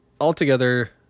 altogether